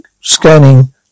scanning